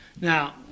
Now